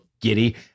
giddy